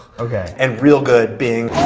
okay. and real good being